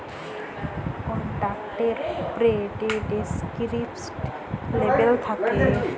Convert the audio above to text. পরডাক্টের উপ্রে যে ডেসকিরিপ্টিভ লেবেল থ্যাকে